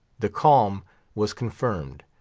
the calm was confirmed.